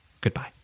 goodbye